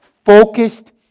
Focused